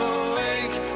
awake